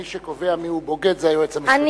מי שקובע מיהו בוגד זה היועץ המשפטי לממשלה.